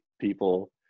people